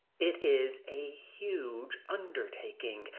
it is a huge undertaking,